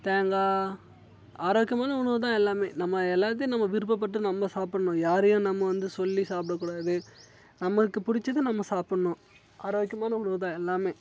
தேங்காய் ஆரோக்கியமான உணவு தான் எல்லாம் நம்ம எல்லாத்தையும் நம்ம விருப்பப்பட்டு நம்ம சாப்பிட்ணும் யாரையும் நம்ம வந்து சொல்லி சாப்பிடக்கூடாது நமக்கு பிடிச்சத நம்ம சாப்பிட்ணும் ஆரோக்கியமான உணவு தான் எல்லாம்